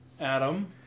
Adam